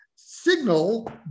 Signal